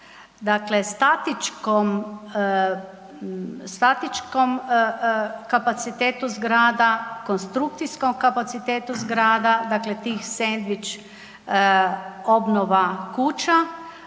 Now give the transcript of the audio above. dakle statičkom kapacitetu zgrada, konstrukcijskom kapacitetu zgrada, dakle tih sendvič obnova kuća,